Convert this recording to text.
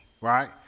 right